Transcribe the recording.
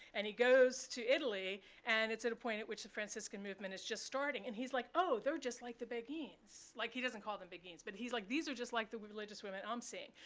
and he goes to italy. and it's at a point at which the franciscan movement is just starting. and he's like, oh, they're just like the beguines. he doesn't call them beguines, but he's like these are just like the religious women i'm seeing.